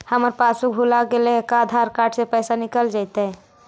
हमर पासबुक भुला गेले हे का आधार कार्ड से पैसा निकल जितै?